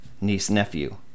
niece-nephew